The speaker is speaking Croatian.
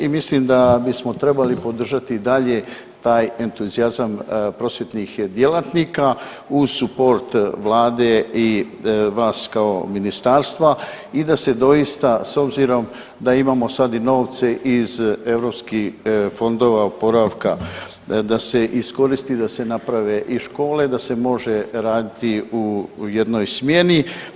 I mislim da bismo trebali podržati i dalje taj entuzijazam prosvjetnih djelatnika uz suport Vlade i vas kao ministarstva i da se doista s obzirom da imamo sad i novce iz europskih fondova oporavka, da se iskoristi da se naprave i škole, da se može raditi u jednoj smjeni.